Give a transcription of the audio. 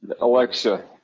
Alexa